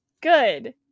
good